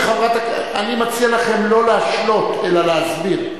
אני מציע לכם לא להשלות, אלא להסביר.